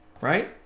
Right